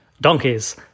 Donkeys